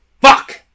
Fuck